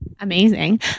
Amazing